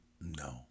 No